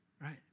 right